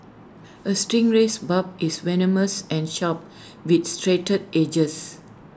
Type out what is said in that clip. A stingray's barb is venomous and sharp with serrated edges